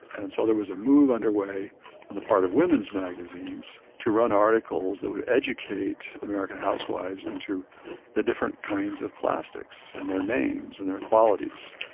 and so there was a move underway on the part of women's magazines to run articles that would educate american housewives into the different kinds of plastics, and their names and their qualities.